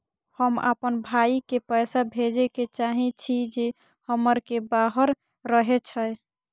हम आपन भाई के पैसा भेजे के चाहि छी जे शहर के बाहर रहे छै